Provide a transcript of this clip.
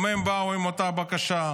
גם הם באו עם אותה בקשה,